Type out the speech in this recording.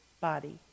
body